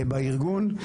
בארגון.